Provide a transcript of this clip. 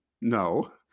No